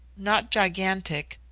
not gigantic,